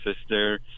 sister